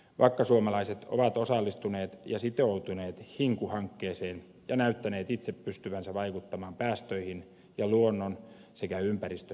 vakkasuomalaiset ovat osallistuneet ja sitoutuneet hinku hankkeeseen ja näyttäneet itse pystyvänsä vaikuttamaan päästöihin ja luonnon sekä ympäristönsuojeluun